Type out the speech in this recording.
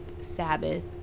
sabbath